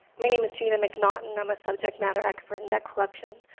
my name is gina mcnaughton. i'm a subject-matter expert in debt collection,